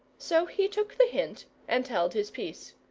so he took the hint, and held his peace.